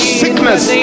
sickness